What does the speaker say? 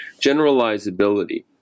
generalizability